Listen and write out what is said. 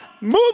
move